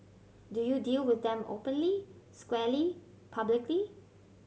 do you deal with them openly squarely publicly